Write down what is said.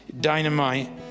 dynamite